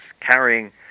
carrying